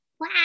wow